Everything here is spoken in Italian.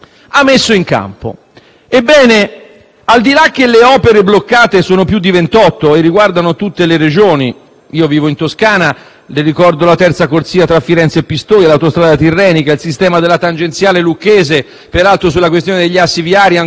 rilevato che le opere bloccate sono più di 28 e riguardano tutte le Regioni. Io vivo in Toscana e le ricordo la terza corsia tra Firenze e Pistoia, l'autostrada tirrenica e il sistema della tangenziale lucchese. Peraltro, sulla questione degli assi viari ancora non ci è dato sapere quello che lei ha nella testa